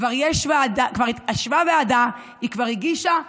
כבר ישבה ועדה, היא כבר הגישה מסקנות,